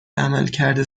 عملکرد